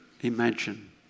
imagine